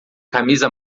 camisa